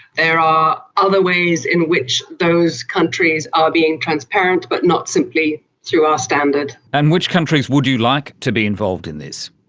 there are other ways in which those countries are being transparent, but not simply through our standard. and which countries would you like to be involved in this?